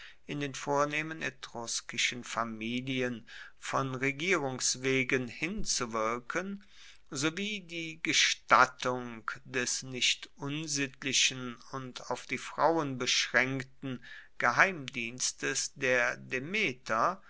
in den vornehmen etruskischen familien von regierungs wegen hinzuwirken sowie die gestattung des nicht unsittlichen und auf die frauen beschraenkten geheimdienstes der demeter